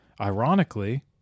Ironically